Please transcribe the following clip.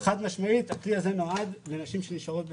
חד משמעית הכלי הזה נועד לנשים שנשארות בתעסוקה.